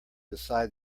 beside